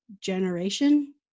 generation